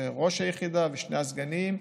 זה ראש היחידה ושני הסגנים,